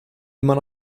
immer